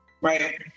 Right